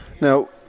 Now